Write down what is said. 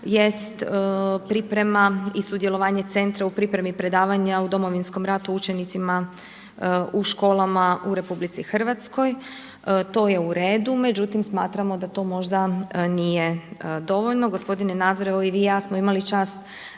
jest priprema i sudjelovanje centra u pripremi predavanja o Domovinskom ratu učenicima u školama u RH. To je u redu, međutim smatramo da to možda nije dovoljno. Gospodine Nazor evo i vi i ja smo imali čast